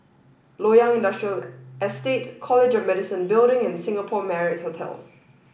Loyang Industrial Estate College of Medicine Building and Singapore Marriott Hotel